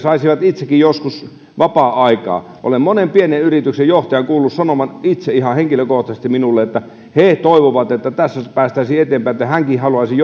osaisivat itsekin joskus vapaa aikaa olen monen pienen yrityksen johtajan kuullut sanovan itse ihan henkilökohtaisesti minulle että he toivovat että tässä päästäisiin eteenpäin että hekin haluaisivat